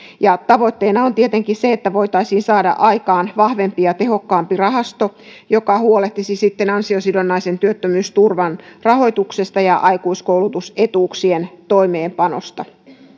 tavoitteena on tietenkin se että voitaisiin saada aikaan vahvempi ja tehokkaampi rahasto joka huolehtisi sitten ansiosidonnaisen työttömyysturvan rahoituksesta ja aikuiskoulutusetuuksien toimeenpanosta